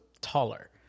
taller